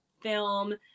film